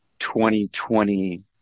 2020